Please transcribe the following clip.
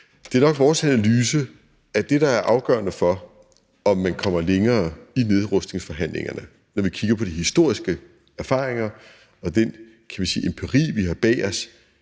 Det er nok vores analyse, at det, der er afgørende for, om man kommer længere i nedrustningsforhandlingerne, når vi kigger på de historiske erfaringer og den – kan vi sige – empiri, vi har bag os,